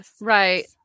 Right